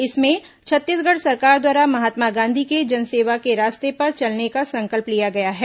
इसमें छत्तीसगढ़ सरकार द्वारा महात्मा गांधी के जनसेवा के रास्ते पर चलने का संकल्प लिया गया है